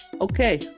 Okay